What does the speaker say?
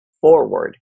forward